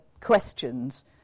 questions